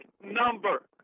number